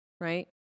right